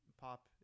pop